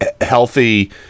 healthy